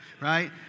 Right